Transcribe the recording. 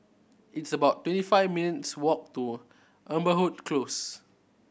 it's about twenty five minutes' walk to Amberwood Close